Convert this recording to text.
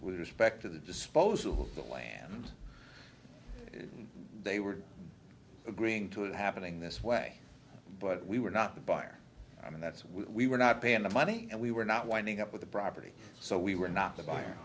with respect to the disposal of the land they were agreeing to it happening this way but we were not the buyer i mean that's why we were not paying the money and we were not winding up with the property so we were not the buyer